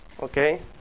Okay